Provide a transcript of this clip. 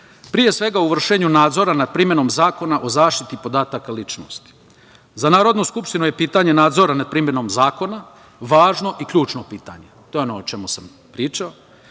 pre svega u vršenju nadzora nad primenom Zakona o zaštiti podataka ličnosti.Za Narodnu skupštinu je pitanje nadzora nad primenom zakona važno i ključno pitanje. To je ono o čemu sam pričao,